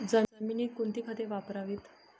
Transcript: जमिनीत कोणती खते वापरावीत?